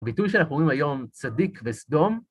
ביטוי שאנחנו רואים היום צדיק וסדום.